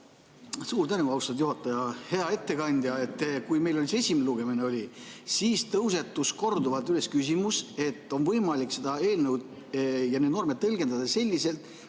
Suur tänu, austatud juhataja! Hea ettekandja! Kui meil oli see esimene lugemine, siis tõusetus korduvalt küsimus, et on võimalik seda eelnõu ja neid norme tõlgendada selliselt,